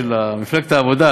של מפלגת העבודה,